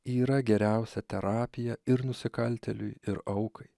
yra geriausia terapija ir nusikaltėliui ir aukai